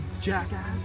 jackass